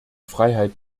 freiheit